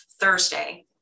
Thursday